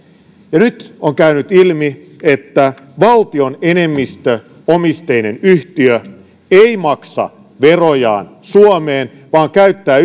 ja nyt on käynyt ilmi että valtion enemmistöomisteinen yhtiö ei maksa verojaan suomeen vaan käyttää